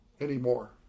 anymore